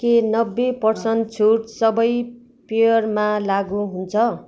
के नब्बे पर्सेन्ट छुट सबै पेयमा लागु हुन्छ